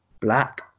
black